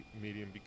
medium